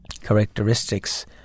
characteristics